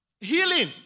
healing